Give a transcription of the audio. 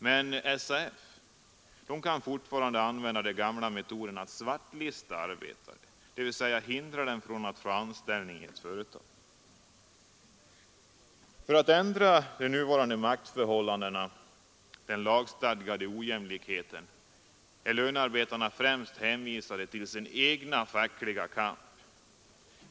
Men SAF kan fortfarande använda den gamla metoden att svartlista arbetare, dvs. hindra dem från att få anställning i ett företag. För att ändra nuvarande maktförhållanden — den lagstadgade ojämlikheten — är lönearbetarna främst hänvisade till sin egen fackliga kamp.